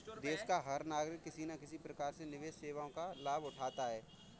देश का हर नागरिक किसी न किसी प्रकार से निवेश सेवाओं का लाभ उठाता है